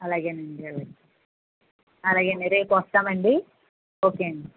అలాగేనండి అలాగే అలాగండి రేపు వస్తామండి ఓకే అండి